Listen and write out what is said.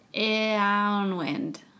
Downwind